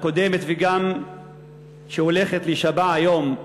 הקודמת וגם זו שהולכת להישבע היום,